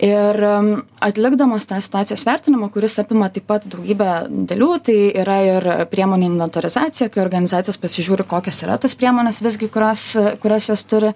ir atlikdamos tą situacijos vertinimą kuris apima taip pat daugybę dalių tai yra ir priemonių inventorizacija kai organizacijos pasižiūri kokios yra tos priemonės visgi kurios kurias jos turi